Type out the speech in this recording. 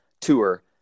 tour